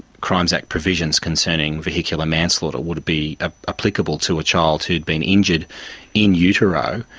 crimes act provisions concerning vehicular manslaughter would be ah applicable to a child who had been injured in utero,